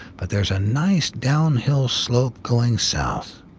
but there's a nice down-hill slope going south.